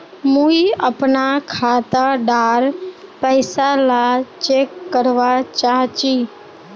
मुई अपना खाता डार पैसा ला चेक करवा चाहची?